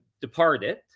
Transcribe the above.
departed